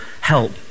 help